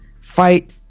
fight